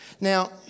Now